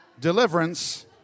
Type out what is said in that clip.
Deliverance